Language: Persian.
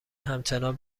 همچنان